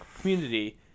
community